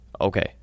Okay